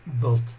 Built